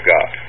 God